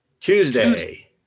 Tuesday